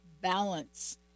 balance